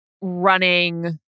running